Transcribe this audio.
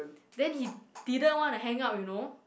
then he didn't want to hang out you know